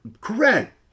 Correct